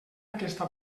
aquesta